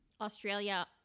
Australia